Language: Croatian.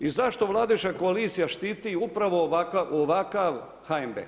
I zašto vladajuća koalicija štiti upravo ovakav HNB?